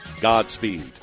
Godspeed